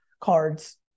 cards